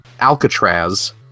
alcatraz